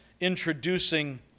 introducing